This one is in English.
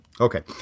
Okay